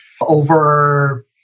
over